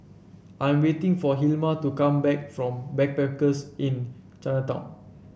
I'm waiting for Hilma to come back from Backpackers Inn Chinatown